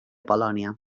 polònia